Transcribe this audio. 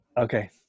Okay